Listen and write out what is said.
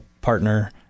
partner